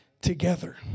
Together